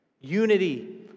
Unity